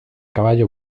caballo